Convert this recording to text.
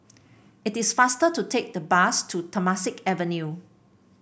it is faster to take the bus to Temasek Avenue